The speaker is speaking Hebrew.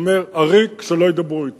אני אומר: עריק, שלא ידברו אתי.